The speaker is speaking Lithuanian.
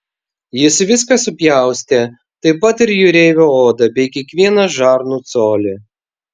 jis viską supjaustė taip pat ir jūreivio odą bei kiekvieną žarnų colį